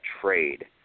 trade